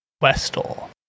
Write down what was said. Westall